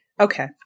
Okay